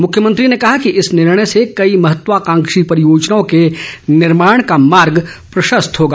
मुख्यमंत्री ने कहा कि इस निर्णय से कई महत्वकांक्षी परियोजनाओं के निर्माण का मार्ग प्रशस्त होगा